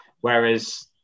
Whereas